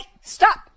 stop